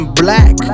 black